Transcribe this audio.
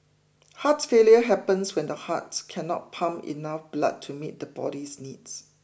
heart failure happens when the heart cannot pump enough blood to meet the body's needs